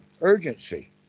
urgency